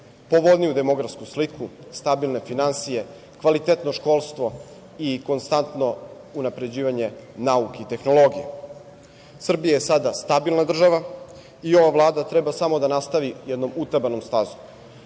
povoljniju demografsku sliku, stabilne finansije, kvalitetno školstvo i konstantno unapređivanje nauke i tehnologije. Srbija je sada stabilna država i ova Vlada treba samo da nastavi jednom utabanom stazom